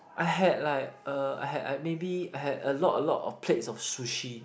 I had like uh I had maybe I had a lot a lot of plates of sushi